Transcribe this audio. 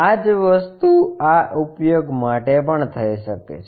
આ જ વસ્તુ આ ઉપયોગ માટે પણ થઈ શકે છે